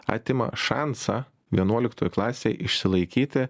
atima šansą vienuoliktoj klasėj išsilaikyti